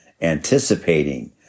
anticipating